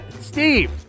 Steve